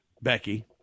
Becky